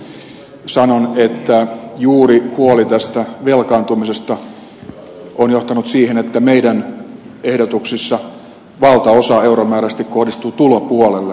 sasin puheenvuorojen johdosta sanon että juuri huoli tästä velkaantumisesta on johtanut siihen että meidän ehdotuksissamme valtaosa euromääräisesti kohdistuu tulopuolelle